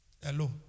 Hello